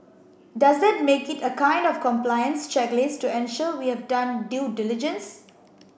does that make it a kind of compliance checklist to ensure we have done due diligence